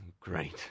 Great